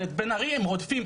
אבל את בן ארי הם רודפים,